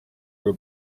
aga